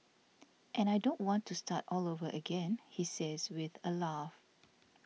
and I don't want to start all over again he says with a laugh